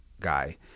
guy